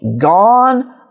gone